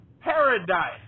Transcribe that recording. paradise